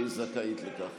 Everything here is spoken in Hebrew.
והיא זכאית לכך.